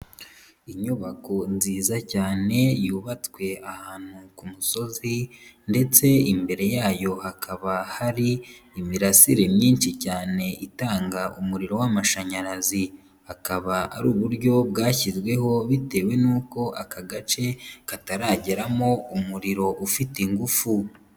Inyubako nziza cyane yubatswe ahantu ku musozi ndetse imbere yayo hakaba hari imirasire myinshi cyane itanga umuriro w'amashanyarazi, akaba ari uburyo bwashyizweho bitewe n'uko aka gace, katarageramo umuriro ufite ingufu.